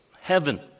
heaven